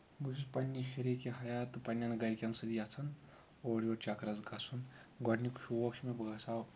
بہٕ چھَس پَنٕنہِ شریکے حیات پَنٕنٮ۪ن گرِ کٮ۪ن سۭتۍ یژھان اورٕ یور چکرَس گژھُن گۄڈٕنیُک شوق چھُ مےٚ باسان